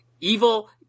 Evil